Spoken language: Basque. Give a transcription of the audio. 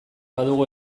badugu